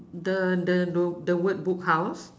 the the the the word book house